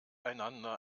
einander